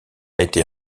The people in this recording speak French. été